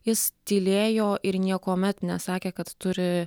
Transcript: jis tylėjo ir niekuomet nesakė kad turi